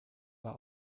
war